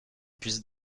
puisse